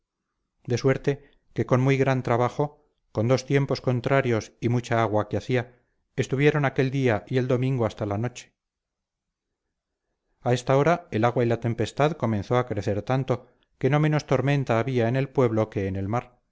de suerte que con muy gran trabajo con dos tiempos contrarios y mucha agua que hacía estuvieron aquel día y el domingo hasta la noche a esta hora el agua y la tempestad comenzó a crecer tanto que no menos tormenta había en el pueblo que en el mar